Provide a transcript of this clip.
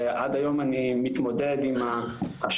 ועד היום אני מתמודד עם האשמה,